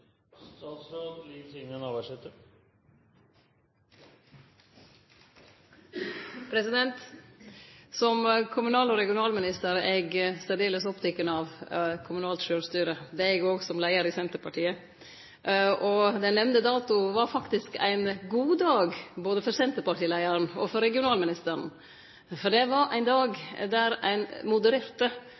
Som kommunal- og regionalminister er eg særdeles oppteken av kommunalt sjølvstyre. Det er eg òg som leiar i Senterpartiet. Den nemnde datoen var faktisk ein god dag både for senterpartileiaren og for regionalministeren. Det var ein dag der ein modererte